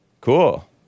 Cool